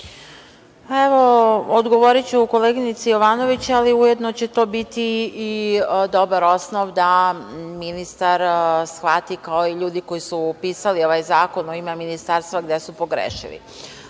Odgovoriću koleginici Jovanović, ali ujedno će to biti dobar osnov da ministar shvati, kao i ljudi koji su mu pisali ovaj zakon, u ime ministarstva, gde su